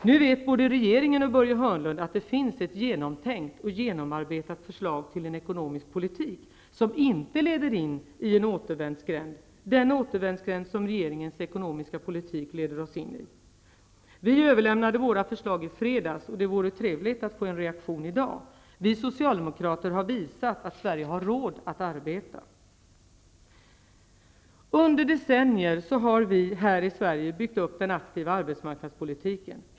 Nu vet både regeringen och Börje Hörnlund att det finns ett genomtänkt och genomarbetat förslag till en ekonomisk politik, som inte leder in i den återvändsgränd som regeringens ekonomiska politik leder oss in i. Vi överlämnade våra förslag i fredags, och det vore därför trevligt att få besked i dag. Vi socialdemokrater har visat att Sverige har råd att arbeta. Under decennier har vi här i Sverige byggt upp den aktiva arbetsmarknadspolitiken.